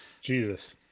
Jesus